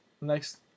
next